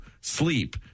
sleep